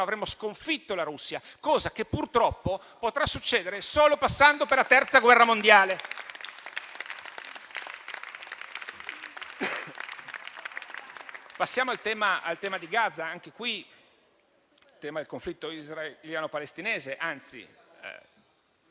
avremo sconfitto la Russia: cosa che, purtroppo, potrà succedere solo passando per la terza guerra mondiale.